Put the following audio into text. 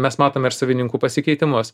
mes matom ir savininkų pasikeitimus